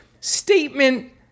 statement